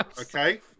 Okay